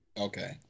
Okay